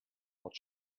what